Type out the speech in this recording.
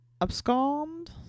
abscond